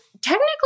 technically